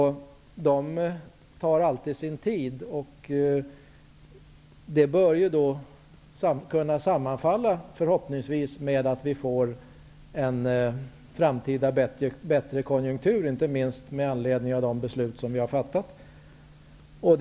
De tar alltid sin tid. Rationaliseringarna bör kunna sammanfalla med att vi inte minst med anledning av de beslut vi har fattat får en framtida bättre konjunktur.